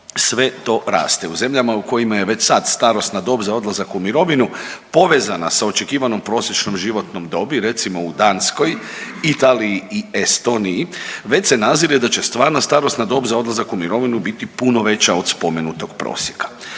sve to raste. U zemljama u kojima je već sad starosna dob za odlazak u mirovinu povezana sa očekivanom prosječnom životnom dobi, recimo u Danskoj, Italiji i Estoniji već se nadzire da će stvarna starosna dob za odlazak u mirovinu biti puno veća od spomenutog prosjeka.